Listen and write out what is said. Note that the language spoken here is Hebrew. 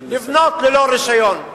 לבנות ללא שוויון.